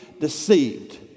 deceived